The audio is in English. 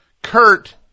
Kurt